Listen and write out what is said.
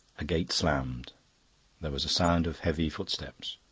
a gate slammed there was a sound of heavy footsteps.